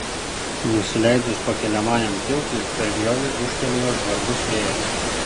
nusileidus pakeliamajam tiltui per griovį ūžtelėjo žvarbus vėjas